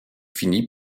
finit